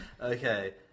Okay